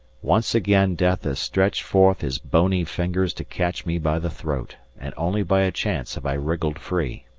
once again death has stretched forth his bony fingers to catch me by the throat, and only by a chance have i wriggled free.